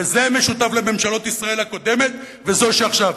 וזה משותף לממשלת ישראל הקודמת ולזו שעכשיו,